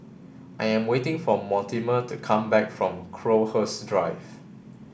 I am waiting for Mortimer to come back from Crowhurst Drive